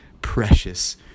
precious